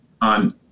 on